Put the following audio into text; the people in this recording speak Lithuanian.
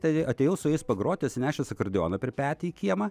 tai atėjau su jais pagroti atsinešęs akordeoną per petį į kiemą